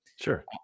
Sure